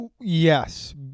Yes